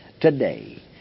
today